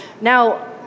Now